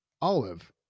Olive